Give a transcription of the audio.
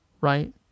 right